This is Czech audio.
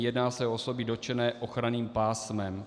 Jedná se o osoby dotčené ochranným pásmem.